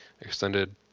extended